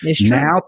Now